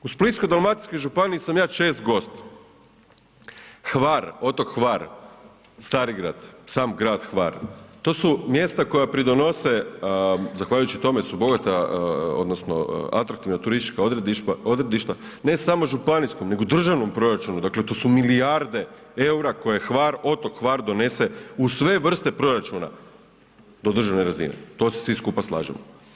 U Splitsko-dalmatinskoj županiji sam ja čest gost, Hvar, otok Hvar, Starigrad, sam grad Hvar to su mjesta koja pridonose zahvaljujući tome su bogata odnosno atraktivna turistička odredišta ne samo županijskom nego državnom proračunu, dakle tu su milijarde EUR-a koje Hvar, otok Hvar donese u sve vrste proračuna do državne razine, to se svi skupa slažemo.